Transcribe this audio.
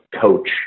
coach